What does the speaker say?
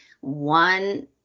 One